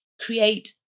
create